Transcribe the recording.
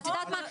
ואת יודעת מה,